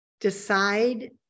decide